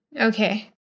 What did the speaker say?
Okay